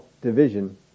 division